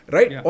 Right